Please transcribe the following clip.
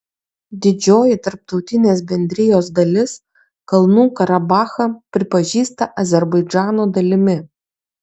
didžioji tarptautinės bendrijos dalis kalnų karabachą pripažįsta azerbaidžano dalimi